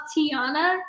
Tiana